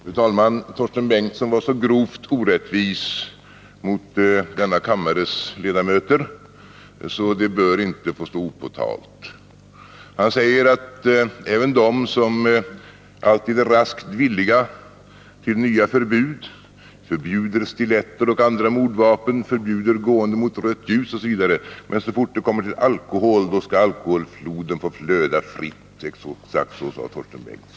Fru talman! Torsten Bengtson var så grovt orättvis mot denna kammares ledamöter att det inte bör få stå opåtalat. Han sade att även de som alltid är raskt villiga till nya förbud, förbjuder stiletter och andra mordvapen, förbjuder gående mot rött ljus osv., så fort det kommer till alkohol anser att alkoholfloden fritt skall få flöda. Så sade Torsten Bengtson.